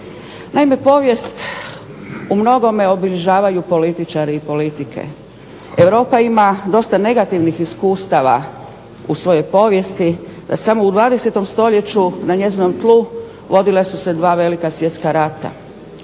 Naime, povijest umnogome obilježavaju političari i politike. Europa ima dosta negativnih iskustava u svojoj povijesti da samo u 20. stoljeću na njezinom tlu vodila su se dva velika svjetska rata.